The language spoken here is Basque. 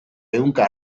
ehunka